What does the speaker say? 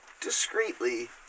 discreetly